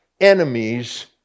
enemies